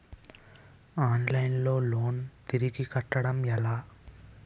Online లో loan తిరిగి కట్టడం ఎలా?